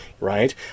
Right